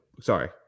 Sorry